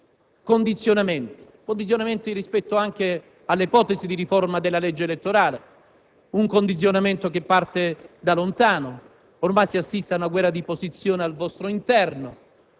condizionamenti anche rispetto alle ipotesi di riforma della legge elettorale. È un condizionamento che parte da lontano, ormai si assiste ad una guerra di posizione al vostro interno,